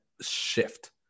shift